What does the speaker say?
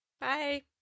Bye